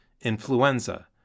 influenza